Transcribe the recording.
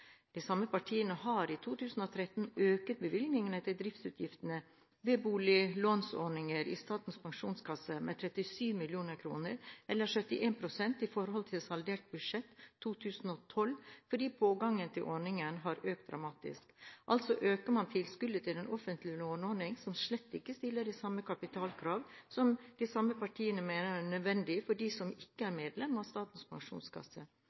De samme partiene har i 2013 økt bevilgningene til driftsutgiftene ved boliglånsordningen i Statens Pensjonskasse med 37 mill. kr eller 71 pst., sammenliknet med saldert budsjett for 2012, fordi pågangen til ordningen har økt dramatisk. Altså øker man tilskuddet til en offentlig låneordning som slett ikke stiller de samme kapitalkrav som det de samme partiene mener er nødvendig for dem som ikke er medlemmer av Statens Pensjonskasse.